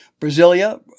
Brasilia